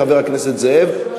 חבר הכנסת זאב,